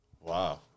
Wow